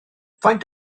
faint